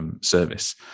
service